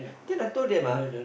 then I told them ah